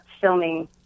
filming